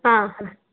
ಹಾಂ